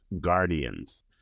Guardians